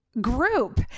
group